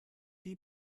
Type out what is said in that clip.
die